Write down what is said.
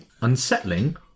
unsettling